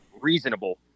reasonable